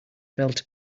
felt